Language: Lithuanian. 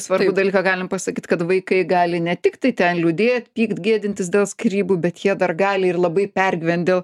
svarbų dalyką galim pasakyt kad vaikai gali ne tiktai ten liūdėt pykt gėdintis dėl skyrybų bet jie dar gali ir labai pergyvent dėl